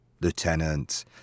Lieutenant